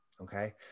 Okay